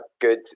good